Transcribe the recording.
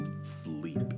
Sleep